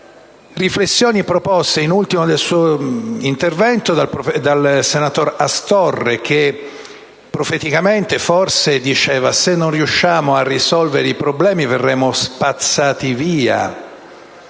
riflessioni sono state poste, in conclusione del suo intervento, dal senatore Astorre che profeticamente, forse, diceva che se non riusciamo a risolvere i problemi verremo spazzati via